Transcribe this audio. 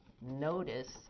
notice